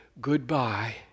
goodbye